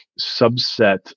subset